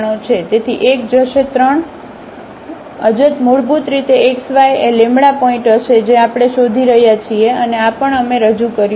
તેથી 1 જશે 3 અજ્ત મૂળભૂત રીતે x y એ પોઇન્ટ હશે જે આપણે શોધી રહ્યા છીએ અને આ પણ અમે રજૂ કર્યું છે